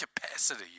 capacity